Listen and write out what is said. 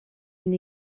une